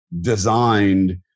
designed